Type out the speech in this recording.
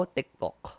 TikTok